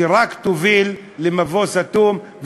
שרק תוביל למבוי סתום,